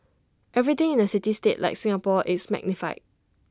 everything in A city state like Singapore is magnified